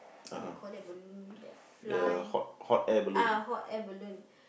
what you call that balloon that fly ah hot air balloon